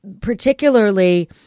particularly